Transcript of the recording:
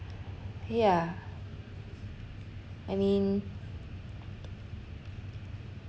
yeah I mean